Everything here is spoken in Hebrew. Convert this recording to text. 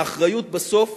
האחריות בסוף